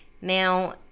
now